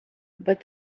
but